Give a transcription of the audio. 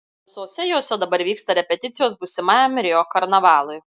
visose jose dabar vyksta repeticijos būsimajam rio karnavalui